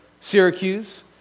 Syracuse